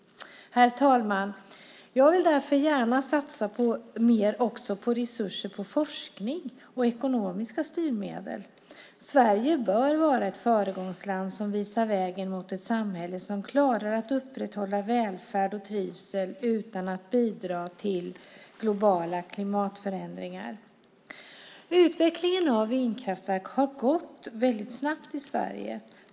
Herr talman! Jag vill därför gärna satsa mer också på resurser till forskning och ekonomiska styrmedel. Sverige bör vara ett föregångsland som visar vägen mot ett samhälle som klarar att upprätthålla välfärd och trivsel utan att bidra till globala klimatförändringar. Utvecklingen av vindkraftverk har gått väldigt snabbt i Sverige.